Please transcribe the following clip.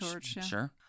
Sure